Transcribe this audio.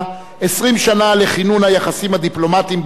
20 שנה לכינון היחסים הדיפלומטיים בינינו,